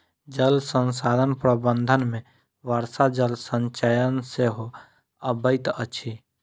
जल संसाधन प्रबंधन मे वर्षा जल संचयन सेहो अबैत अछि